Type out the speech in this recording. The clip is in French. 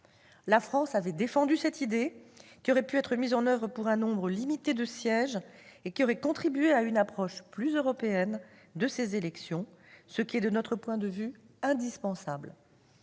La France avait défendu cette idée, qui aurait pu être mise en oeuvre pour un nombre limité de sièges et qui aurait contribué à une approche plus européenne de ces élections, ce qui est indispensable